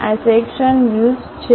આ sectional views છે